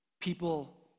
People